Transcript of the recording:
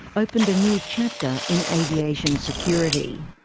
opened a new chapter in aviation security.